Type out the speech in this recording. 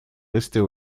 restait